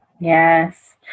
Yes